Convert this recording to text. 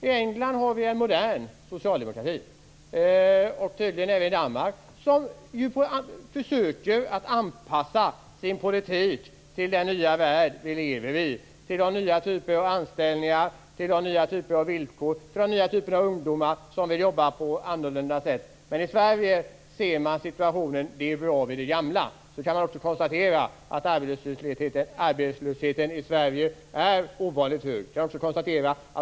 I England har man liksom tydligen även i Danmark en modern socialdemokrati, som försöker anpassa sin politik till den nya värld som vi lever i, med nya typer av anställningar och villkor och med ungdomar som vill jobba på ett annorlunda sätt. I Sverige tycker man att situationen skall bli kvar vid det gamla. Vi kan också konstatera att arbetslösheten i Sverige är ovanligt hög.